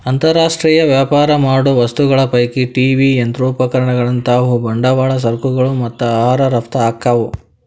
ಅಂತರ್ ರಾಷ್ಟ್ರೇಯ ವ್ಯಾಪಾರ ಮಾಡೋ ವಸ್ತುಗಳ ಪೈಕಿ ಟಿ.ವಿ ಯಂತ್ರೋಪಕರಣಗಳಂತಾವು ಬಂಡವಾಳ ಸರಕುಗಳು ಮತ್ತ ಆಹಾರ ರಫ್ತ ಆಕ್ಕಾವು